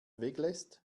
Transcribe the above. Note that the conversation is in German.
weglässt